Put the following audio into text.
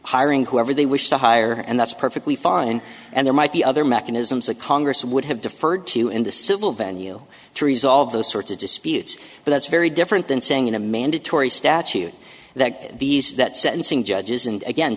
hiring whoever they wish to hire and that's perfectly fine and there might be other mechanisms that congress would have deferred to in the civil venue to resolve those sorts of disputes but that's very different than saying in a mandatory statute that these that sentencing judges and again